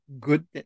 good